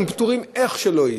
הם פטורים איך שלא יהיה.